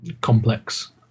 complex